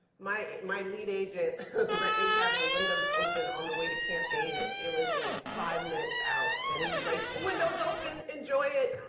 my my lead agent let me have the windows open on the way to camp david. it was like five minutes out. and he was, like, a window's open! enjoy it!